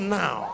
now